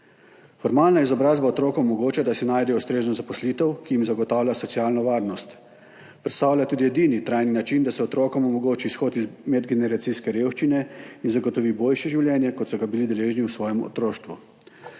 Formalna izobrazba otrok omogoča, da si najdejo ustrezno zaposlitev, ki jim zagotavlja socialno varnost. Predstavlja tudi edini trajni način, da se otrokom omogoči izhod iz medgeneracijske revščine in zagotovi boljše življenje, kot so ga bili deležni v svojem otroštvu.